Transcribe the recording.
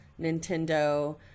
nintendo